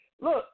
Look